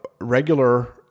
regular